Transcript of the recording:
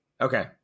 Okay